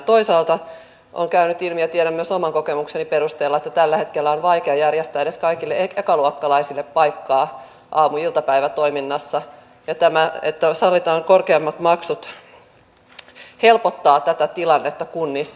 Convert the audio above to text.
toisaalta on käynyt ilmi ja tiedän myös oman kokemukseni perusteella että tällä hetkellä on vaikea järjestää edes kaikille ekaluokkalaisille paikkaa aamu ja iltapäivätoiminnassa ja tämä että sallitaan korkeammat maksut helpottaa tätä tilannetta kunnissa